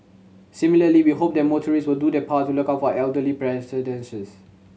similarly we hope that motorist will do their part to look out for elderly pedestrians